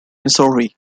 missouri